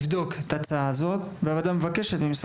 והוועדה מבקשת ממשרד החינוך לבדוק לפתוח את שנת